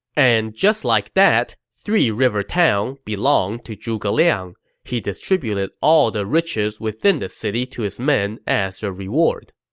and just like that, three river town belonged to zhuge liang, and he distributed all the riches within the city to his men as reward